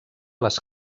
les